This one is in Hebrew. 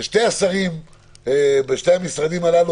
השרים בשני המשרדים הללו,